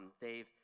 Dave